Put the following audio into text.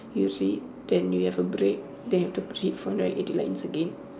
you see then you have a break then you need to proceed four hundred and eighty lines again